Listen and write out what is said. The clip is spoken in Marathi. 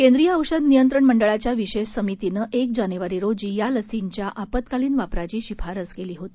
केंद्रीय औषध नियंत्रण मंडळाच्या विशेष समितीनं एक जानेवारी रोजी या लसींच्या आपत्कालीन वापराची शिफारस केली होती